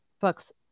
books